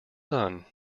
son